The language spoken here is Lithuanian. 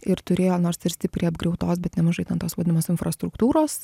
ir turėjo nors ir stipriai apgriautos bet nemažai ten tos vadinamos infrastruktūros